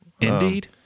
Indeed